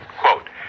Quote